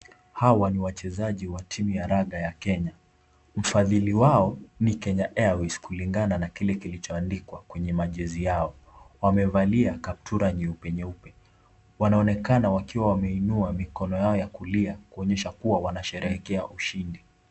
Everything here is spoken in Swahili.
Hawa ni wachezaji wa timu ya raga ya Kenya, mfadhili wao ni Kenya Airways kulingana na kile kimeandikwa kwenye majezi yao, wamevalia kaptura nyeupe nyeupe, wanaonekana wameinuwa mikono yao ya kulia kuonyesha kuwa wanasherehekea ushindi.